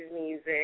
music